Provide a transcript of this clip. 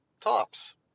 Tops